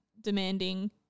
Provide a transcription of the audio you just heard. demanding